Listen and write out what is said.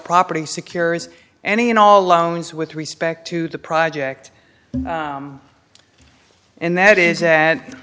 property secures any and all loans with respect to the project and that is that